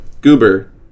Goober